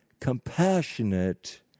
compassionate